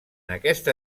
aquesta